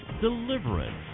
deliverance